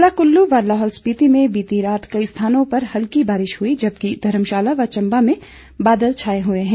जिला कुल्लू व लाहुल स्पिति में बीती रात कई स्थानों पर हल्की बारिश हुई जबकि धर्मशाला व चम्बा में बादल छाए हुए हैं